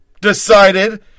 decided